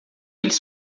eles